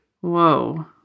Whoa